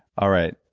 all right.